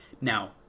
Now